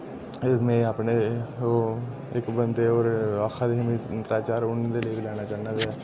मैं अपने ओह् इक बंदे होर आक्खै दे हे मी त्रै चार उं'दे लेई बी लैना चाह्न्नां